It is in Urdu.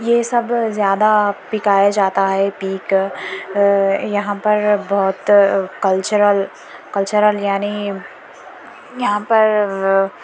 یہ سب زیادہ پکایا جاتا ہے پیک یہاں پر بہت کلچرل کلچرل یعنی یہاں پر